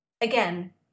again